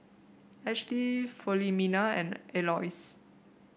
Ashlie Filomena and Aloys